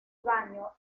baño